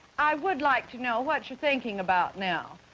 i would like to know what you're thinking about now,